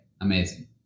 amazing